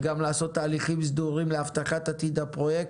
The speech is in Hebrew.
וגם לעשות תהליכים סדורים להבטחת עתיד הפרויקט,